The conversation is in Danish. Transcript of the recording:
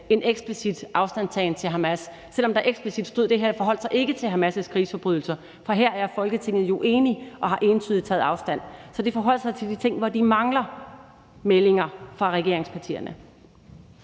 en eksplicit afstandtagen til Hamas, selv om der eksplicit stod, at det ikke forholdt sig til Hamas' krigsforbrydelser, for her er Folketinget jo enige og har entydigt taget afstand. Så det forholdt sig til de ting, hvor de mangler meldinger fra regeringspartierne.